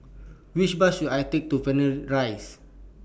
Which Bus should I Take to Rise